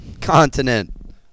Continent